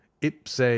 ipse